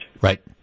Right